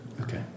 Okay